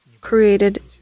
created